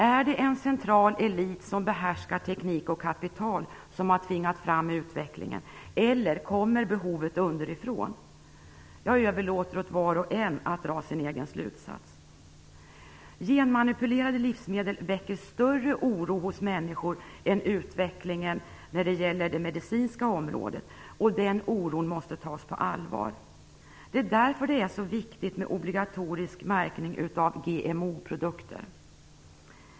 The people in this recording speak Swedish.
Är det en central elit som behärskar teknik och kapital som har tvingat fram utvecklingen? Eller kommer behovet underifrån? Jag överlåter åt var och en att dra sin egen slutsats. Genmanipulerade livsmedel väcker större oro hos människor än utvecklingen inom det medicinska området. Den oron måste tas på allvar. Därför är det så viktigt med en obligatorisk märkning av GMO produkter.